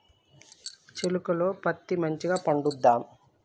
చేలుక లో పత్తి మంచిగా పండుద్దా?